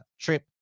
trip